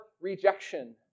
rejection